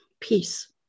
peace